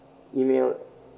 email